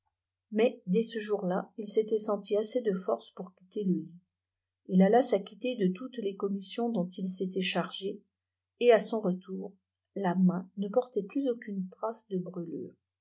mais dès ce jour-là il s'était senti assez de forces pour quitter le lit il alla s'acquitter de toutes les commissions dont il s'était chargé et à son retour la main ne portait plus aucune trace de